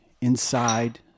inside